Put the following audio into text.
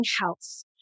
health